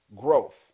growth